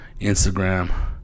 Instagram